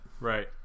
Right